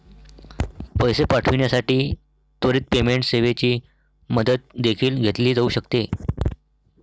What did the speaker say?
पैसे पाठविण्यासाठी त्वरित पेमेंट सेवेची मदत देखील घेतली जाऊ शकते